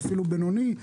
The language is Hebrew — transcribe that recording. ואפילו בינוני,